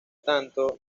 tanto